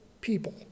people